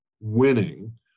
winning